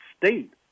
state